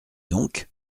donc